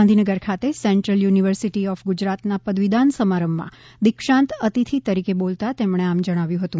ગાંધીનગર ખાતે Central University of Gujarat ના પદવીદાન સમારંભ માં દીક્ષાંત અતિથિ તરીકે બોલતા તેમણે આમ જણાવ્યુ હતું